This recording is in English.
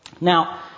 Now